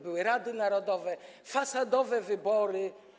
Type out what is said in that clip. Były rady narodowe, fasadowe wybory.